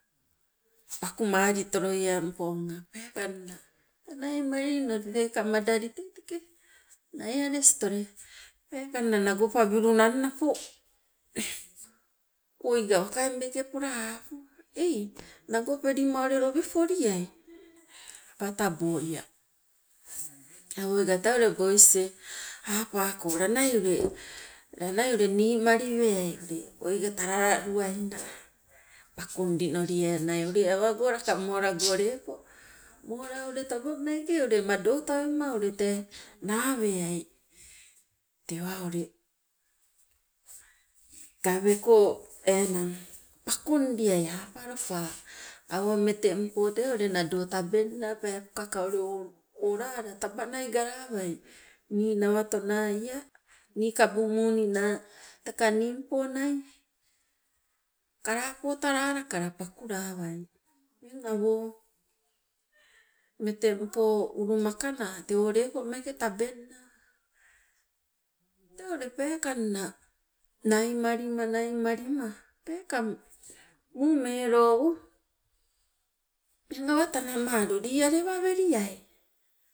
Pakumali toloieng ponga, peekanna naimalili noli teika madali tei teke naiales tole. Peekanna nagopabilunang napo oiga wakai meeke pola apu hei nagopelima ule lobi poliai apa taabo ia, awoga tee bois e apako lanai ule, lanai ule niimali weai ule oiga talala luwaina pakundi nolien nai ule awago laka moola go lepo, mola ule taba meeke ule mado tawamma ule tee naweai, tewa ule gaweko enang pakundiai apa lopa awo metempo tee ule nado tabeng naa la peepokaka olala taba nai galawai ninawatona ea nii kabu muuni teka ningpo nai kalapo tala laka pakulawai eng awo metempo ulumakana tewo lepo meeke tabang naa. Tee ule peekanna naimalima, naimalima peekang muu melou eng awa tanamalu lii alewa weliai?